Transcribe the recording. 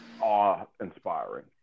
awe-inspiring